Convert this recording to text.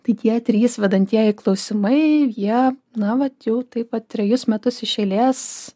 tai tie trys vedantieji klausimai jie na vat jau taip vat trejus metus iš eilės